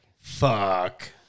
fuck